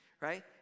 right